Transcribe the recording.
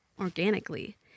organically